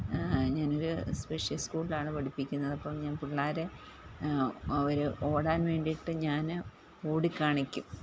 ഞാനൊരു സ്പെഷ്യൽ സ്കൂളിലാണ് പഠിപ്പിക്കുന്നത് അപ്പോള് ഞാൻ പിള്ളാരെ അവര് ഓടാൻ വേണ്ടിയിട്ട് ഞാന് ഓടിക്കാണിക്കും